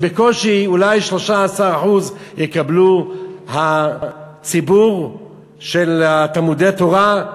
בקושי, אולי 13% יקבלו הציבור של תלמודי-התורה.